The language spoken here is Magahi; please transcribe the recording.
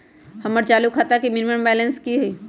हमर चालू खाता के मिनिमम बैलेंस कि हई?